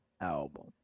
album